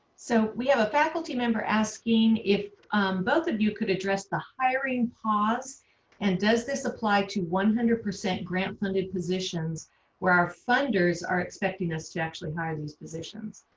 so we have a faculty member asking if both of you could address the hiring pause and does this apply to one hundred percent grant funded positions where our funders are expecting us to actually hire these positions?